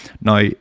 now